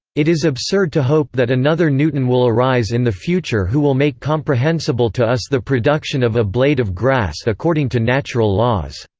it is absurd to hope that another newton will arise in the future who will make comprehensible to us the production of a blade of grass according to natural laws